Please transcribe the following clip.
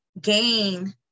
gain